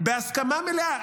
בהסכמה מלאה,